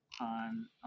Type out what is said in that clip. on